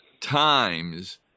times